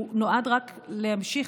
הוא נועד רק להמשיך.